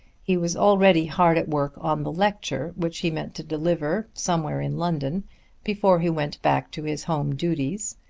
he was already hard at work on the lecture which he meant to deliver somewhere in london before he went back to his home duties,